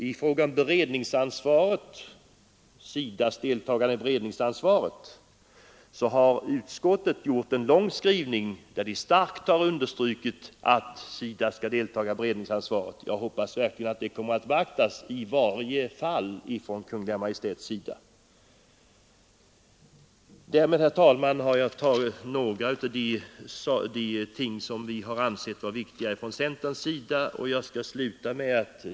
I fråga om SIDA:s deltagande i beredningsansvaret har utskottet gjort en lång skrivning där det starkt understrykes att SIDA skall delta i beredningsansvaret. Jag hoppas verkligen att det kommer att beaktas från Kungl. Maj:ts sida. Därmed, herr talman, har jag berört några av de saker som vi inom centern anser vara viktiga.